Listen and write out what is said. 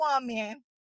woman